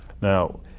Now